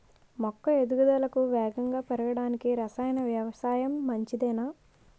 మొక్క ఎదుగుదలకు వేగంగా పెరగడానికి, రసాయన వ్యవసాయం మంచిదేనా?